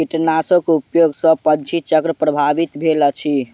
कीटनाशक उपयोग सॅ पंछी चक्र प्रभावित भेल अछि